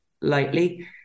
lightly